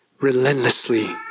relentlessly